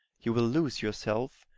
you will lose yourself,